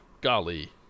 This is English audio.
golly